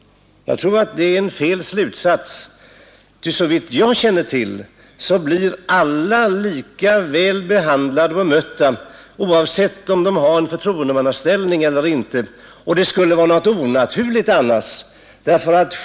Jag tror att det är en felaktig slutsats. Såvitt jag känner till blir alla lika väl behandlade och bemötta, oavsett om de har en förtroendemannaställning eller inte. Det skulle vara onaturligt annars.